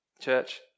Church